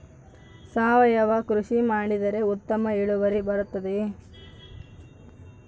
ಸಾವಯುವ ಕೃಷಿ ಮಾಡಿದರೆ ಉತ್ತಮ ಇಳುವರಿ ಬರುತ್ತದೆಯೇ?